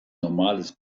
normales